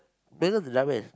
Megan's a dumb ass